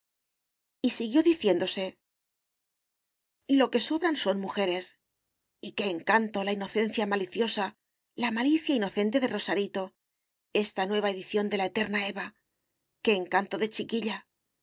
y siguió diciéndose lo que sobran son mujeres y qué encanto la inocencia maliciosa la malicia inocente de rosarito esta nueva edición de la eterna eva qué encanto de chiquilla